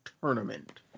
tournament